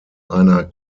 einer